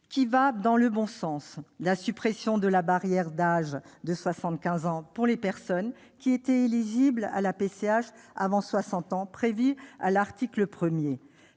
y a tout d'abord la suppression de la barrière d'âge de 75 ans pour les personnes qui étaient éligibles à la PCH avant 60 ans, prévue à l'article 1.